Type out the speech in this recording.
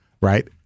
Right